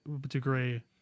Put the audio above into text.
degree